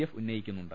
F ഉന്നയിക്കുന്നുണ്ട്